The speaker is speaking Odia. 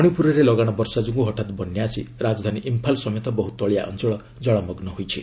ମଣିପୁର ଫୁଡ ମଣିପୁରରେ ଲଗାଶ ବର୍ଷା ଯୋଗୁଁ ହଠତ୍ ବନ୍ୟା ଆସି ରାଜଧାନୀ ଇମ୍ଫାଲ ସମେତ ବହୁ ତଳିଆ ଅଞ୍ଚଳ ଜଳମଗୁ ହୋଇଛି